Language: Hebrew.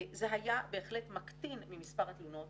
זה היה בהחלט מקטין ממספר התלונות